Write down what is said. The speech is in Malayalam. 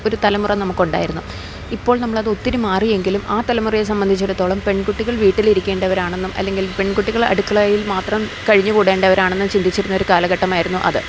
ഒരു തലമുറ നമുക്ക് ഉണ്ടായിരുന്നു ഇപ്പോൾ നമ്മളതൊത്തിരി മാറി എങ്കിലും ആ തലമുറയെ സംബന്ധിച്ചിടത്തോളം പെൺകുട്ടികൾ വീട്ടിലിരിക്കേണ്ടവരാണെന്നും അല്ലെങ്കിൽ പെൺകുട്ടികളെ അടുക്കളയിൽ മാത്രം കഴിഞ്ഞുകൂടേണ്ടവരാണെന്നും ചിന്തിച്ചിരുന്നൊരു കാലഘട്ടമായിരുന്നു അത്